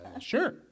Sure